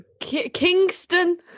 Kingston